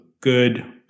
good